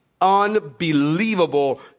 unbelievable